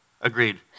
agreed